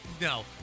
no